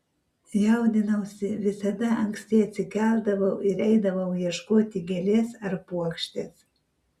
jaudinausi visada anksti atsikeldavau ir eidavau ieškoti gėlės ar puokštės